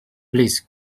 please